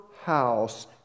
house